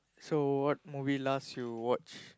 so what movie last you watch